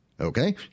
Okay